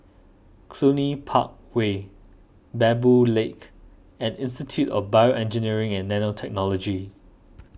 Cluny Park Way Baboo Lake and Institute of BioEngineering and Nanotechnology